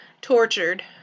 tortured